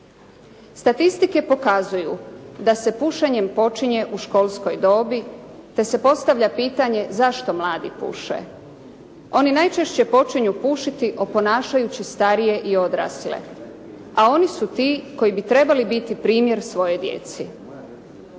Statistike pokazuju da se pušenjem počinje u školskoj dobi, te se postavlja pitanje, zašto mladi puše? Oni najčešće počinju pušiti oponašajući starije i odrasle, a oni su ti koji bi trebali biti primjer svojoj djeci.